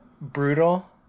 Brutal